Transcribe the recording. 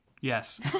Yes